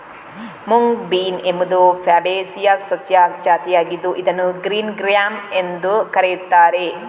mung bean ಎಂಬುದು ಫ್ಯಾಬೇಸಿಯ ಸಸ್ಯ ಜಾತಿಯಾಗಿದ್ದು ಇದನ್ನು ಗ್ರೀನ್ ಗ್ರ್ಯಾಮ್ ಎಂದೂ ಕರೆಯುತ್ತಾರೆ